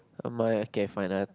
my okay fine uh